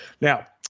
Now